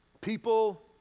People